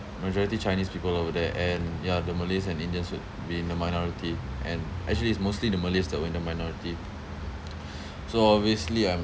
majority chinese people over there and ya the malays and indians would be in the minority and actually it's mostly the malays that were in the minority so obviously I'm